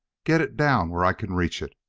get it down where i can reach it!